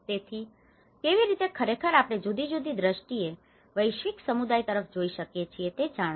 તેથી કેવી રીતે ખરેખર આપણે જુદી જુદી દર્ષ્ટિએ વિશ્વિક સમુદાય તરફ જોઈ શકીએ છીએ તે જાણો